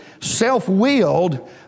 self-willed